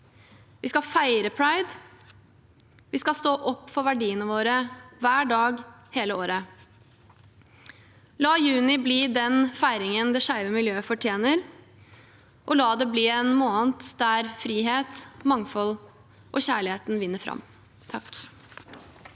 Vi skal feire pride. Vi skal stå opp for verdiene våre hver dag, hele året. La juni bli den feiringen det skeive miljøet fortjener, og la det bli en måned der frihet, mangfold og kjærlighet vinner fram.